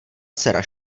dcera